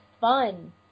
fun